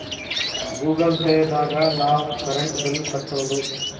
Google Pay ದಾಗ ನಾವ್ current bill ಕಟ್ಟೋದು